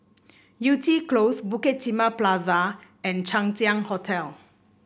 Yew Tee Close Bukit Timah Plaza and Chang Ziang Hotel